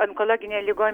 onkologinėm ligom